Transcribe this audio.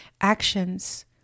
Actions